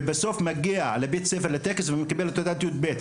ובסוף מגיע לבית הספר לטקס ומקבל תעודת סיום כיתה י״ב.